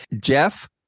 Jeff